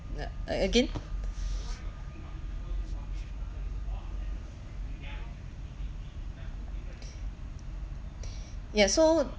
uh a again ya so